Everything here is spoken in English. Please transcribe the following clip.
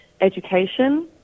education